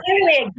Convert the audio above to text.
clearly